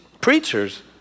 preachers